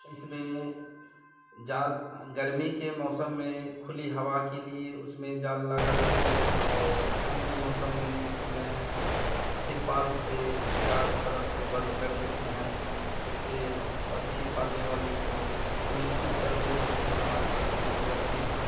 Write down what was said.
इसमें जाल गर्मी के मौसम में खुली हवा के लिए उसमें जाल लगा देते हैं और ठंड के मौसम में उसमें तिरपाल से चारों तरफ से बंद कर देते हैं जिससे पक्षी पालने वाले को सुनिश्चित करते हैं कि हमारे पक्षी सुरक्षित हैं